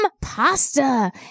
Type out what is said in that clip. pasta